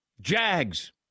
Jags